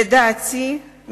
לדעתי,